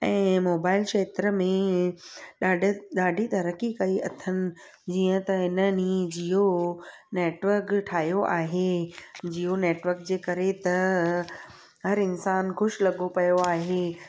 ऐं मोबाइल क्षेत्र में ॾाढत ॾाढी तरक़ी कई अथनि जीअं त हिननि ई जीयो नैटवक ठाहियो आहे जीयो नैटवक जे करे त हर इन्सानु ख़ुशि लॻो पियो आहे